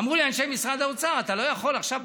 אמרו לי אנשי משרד האוצר: אתה לא יכול עכשיו,